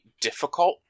difficult